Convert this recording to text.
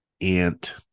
Aunt